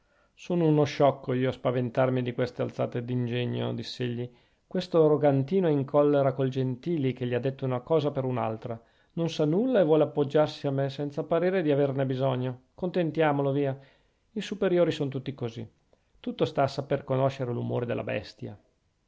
sono uno sciocco io a spaventarmi di queste alzate d'ingegno diss'egli questo rogantino è in collera col gentili che gli ha detto una cosa per un'altra non sa nulla e vuole appoggiarsi a me senza parere di averne bisogno contentiamolo via i superiori son tutti così tutto sta a saper conoscere l'umore della bestia